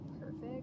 perfect